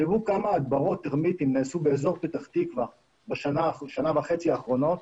תחשבו כמה הדברות טרמיטים נעשו באזור פתח תקווה בשנה וחצי האחרונות.